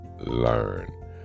learn